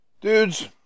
Dudes